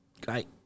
Great